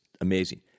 amazing